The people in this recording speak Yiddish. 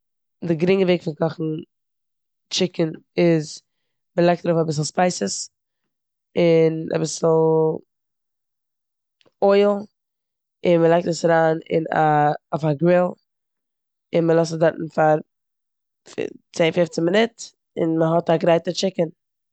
די גרינגע וועג פון קאכן טשיקן איז מ'ליגט ארויף אביסל ספייסעס און אביסל אויל און מ'לייגט עס אריין אין א- אויף א גריל און מ'לאזט עס דארטן פאר פו- צען פופצן מינוט און מ'האט א גרייטע טשיקן.